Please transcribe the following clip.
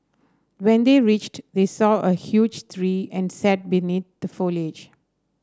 when they reached they saw a huge tree and sat beneath the foliage